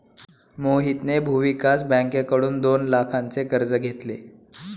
मोहितने भूविकास बँकेकडून दोन लाखांचे कर्ज घेतले